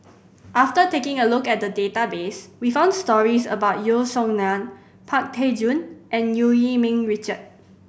after taking a look at database we found stories about Yeo Song Nian Pang Teck Joon and Eu Yee Ming Richard